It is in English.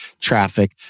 traffic